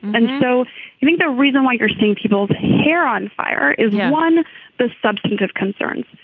and so you think the reason why you're seeing people's hair on fire is one the substantive concerns.